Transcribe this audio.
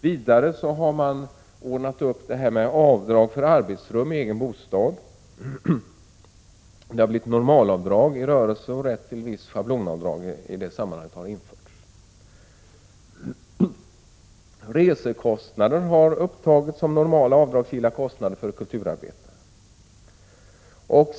Vidare har man ordnat upp det här med avdrag för arbetsrum i egen bostad. Det har blivit normalavdrag i rörelse, och rätt till schablonavdrag har införts i sammanhanget.